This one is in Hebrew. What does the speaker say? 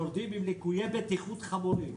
יורדים עם ליקויי בטיחות חמורים,